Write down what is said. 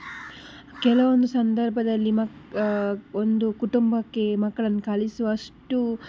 ಕೆಲವೊಂದು ಸಂದರ್ಭದಲ್ಲಿ ಮಕ್ಕ ಒಂದು ಕುಟುಂಬಕ್ಕೆ ಮಕ್ಕಳನ್ನು ಕಳಿಸುವಷ್ಟು